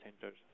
centers